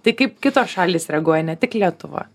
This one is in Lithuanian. tai kaip kitos šalys reaguoja ne tik lietuva